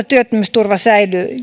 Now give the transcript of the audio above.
työttömyysturva säilyy